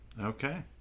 Okay